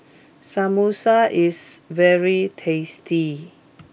Samosa is very tasty